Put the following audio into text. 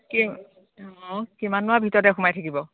অঁ কিমাননো আৰু ভিতৰতে সোমাই থাকিব